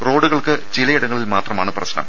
റോഡുകൾക്ക് ചിലയിടങ്ങളിൽ മാത്രമാണ് പ്രശ്നം